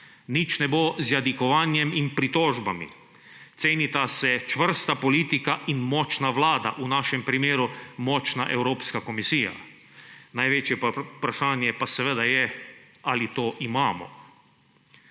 Nič ne bo z jadikovanjem in pritožbami. Cenita se čvrsta politika in močna vlada, v našem primeru močna Evropska komisija. Največje vprašanje pa seveda je, ali to imamo.